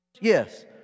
Yes